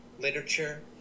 literature